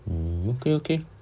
mm okay okay